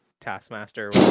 taskmaster